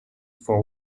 for